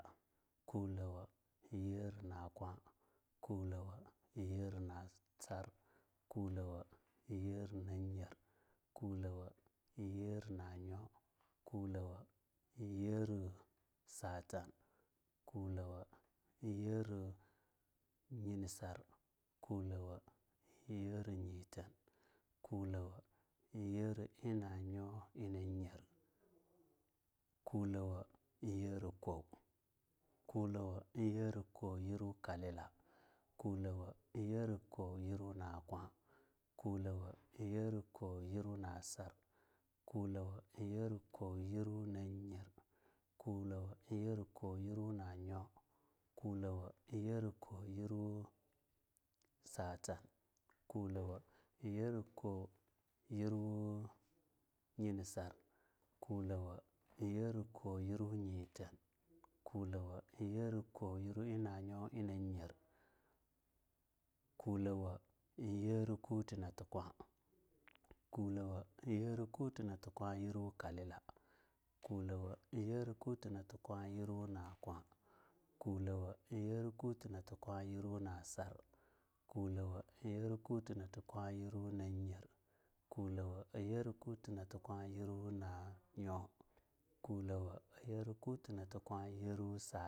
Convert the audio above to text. kulawo yirwu nakwa, kulawo yirwu nasar, kulawo yirwu nanyer, kulawo yirwu na nyo, kulawo yirwu satan, kulawo yirwu nyenisa, kulawo inyera nyiten, kulawo inyera inanyo in na nyer, kulawo inyera koo, kulawo inyera ko yirwu kalila, kulawo inyera ko yirwu nakwa, kulawo inyera koyiwru na sar, kulawo inyera koyarwu na nyer, kulawo inyera ko-yerwu nyo, kulawo inyera ko-yerwu satan, kulawo inyera ko-yerwu nyinisa, kulawo inyera ko-yerwu nyiten, kulawo inyera ko-yerwu inanyo ina nyer, kulawo inyera kuti nati kwa, kulawo inyera kuti nati kwa yirwu kalila, kulawo inyera kuti nati kwa yirwu nakwa, kulawo inyera kuti nati kwa yirwu nsar, kulawo inyera kuti nati kwa yirwu na nyer, kulawo inyera kuti nati kwa yirwu nanyo, kulawo inyera kuti nati kwa yirwu sa.